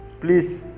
please